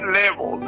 level